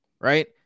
right